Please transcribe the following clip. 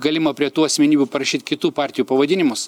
galima prie tų asmenybių parašyt kitų partijų pavadinimus